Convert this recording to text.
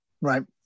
Right